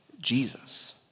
Jesus